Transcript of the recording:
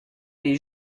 les